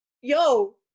Yo